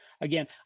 Again